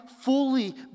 fully